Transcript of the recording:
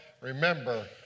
remember